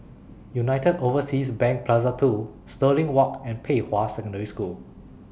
United Overseas Bank Plaza two Stirling Walk and Pei Hwa Secondary School